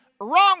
Wrong